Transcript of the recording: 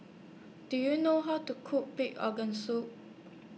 Do YOU know How to Cook Pig Organ Soup